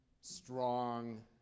strong